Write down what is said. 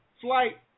flight